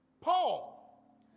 paul